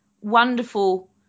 wonderful